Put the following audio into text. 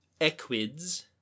equids